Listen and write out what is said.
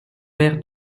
verre